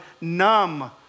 numb